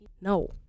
No